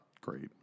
great